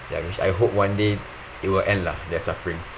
ya which I hope one day it will end lah their sufferings